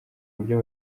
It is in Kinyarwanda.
buryo